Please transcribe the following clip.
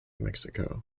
mexico